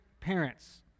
parents